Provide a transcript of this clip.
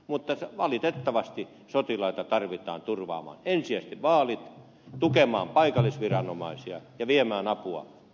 mutta valitettavasti sotilaita tarvitaan turvaamaan ensisijaisesti vaalit tukemaan paikallisviranomaisia ja viemään apua perille